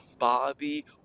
Bobby